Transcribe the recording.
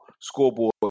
scoreboard